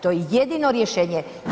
To je jedino rješenje.